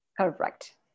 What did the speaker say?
Correct